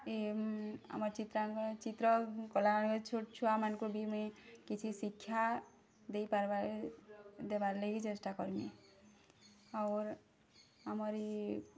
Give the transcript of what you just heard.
ଏ ଆମର୍ ଚିତ୍ରାଙ୍କନ ଚିତ୍ର କଲା ବେଳେ ଛୋଟ୍ ଛୁଆମାନଙ୍କୁ ବି ମୁଇଁ କିଛି ଶିକ୍ଷା ଦେଇ ପାର୍ବା ଦେବାର୍ ଲାଗି ଚେଷ୍ଟା କରିମିଁ ଅର୍ ଆମର୍ ଇଏ